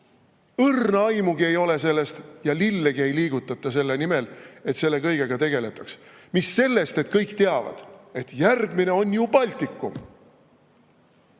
Õrna aimugi ei ole sellest ja lillegi ei liigutata selle nimel, et selle kõigega tegeletaks. Mis sellest, et kõik teavad, et järgmine on ju Baltikum.